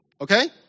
Okay